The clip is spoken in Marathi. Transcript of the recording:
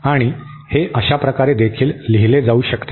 आणि हे अशा प्रकारे देखील लिहिले जाऊ शकते